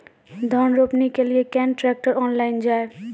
धान रोपनी के लिए केन ट्रैक्टर ऑनलाइन जाए?